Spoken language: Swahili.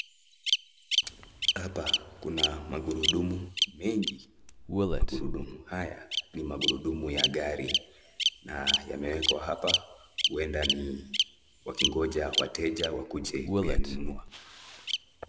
Hapa kuna magurudumu mengi. Magurudumu haya ni magurudumu ya gari na yamewekwa hapa, huenda wakingoja wateja wakuje kuyanunua.